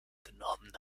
genommen